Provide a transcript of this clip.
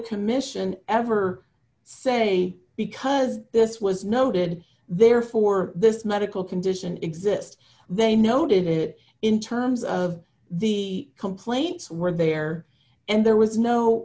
commission ever say because this was noted therefore this medical condition exists they noted it in terms of the complaints were there and there was no